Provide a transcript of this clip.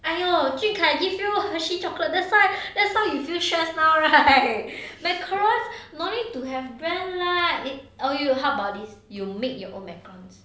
!aiyo! jun kai give you hershey's chocolate that's why that's why you feel stress now right macarons no need to have brand lah !aiyo! how about this you make your own macarons